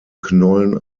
knollen